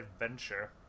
adventure